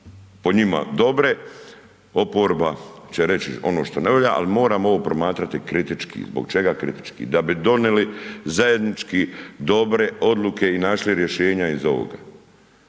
po njima dobre, oporba će reći ono što ne valja ali moramo ovo promatrati kritički. Zbog čega kritički? Da bi donijeli zajednički dobre odluke i naši rješenja iz ovoga.